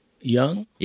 young